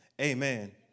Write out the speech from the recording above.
amen